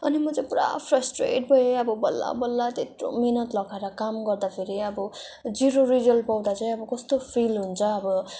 अनि म चाहिँ पुरा फ्रसट्रेट भए अब बल्ल बल्ल त्यत्रो मेहनत लगाएर काम गर्दा फेरि अब जिरो रिजल्ट पाउँदा चाहिँ अब कस्तो फिल हुन्छ अब